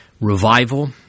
revival